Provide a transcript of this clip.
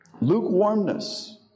Lukewarmness